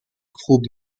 خوب